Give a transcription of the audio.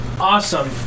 Awesome